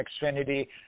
Xfinity